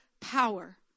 power